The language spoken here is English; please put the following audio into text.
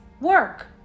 work